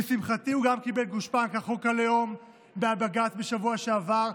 לשמחתי גם חוק הלאום קיבל גושפנקה בבג"ץ בשבוע שעבר.